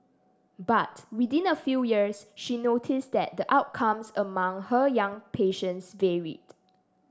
but within a few years she noticed that the outcomes among her young patients varied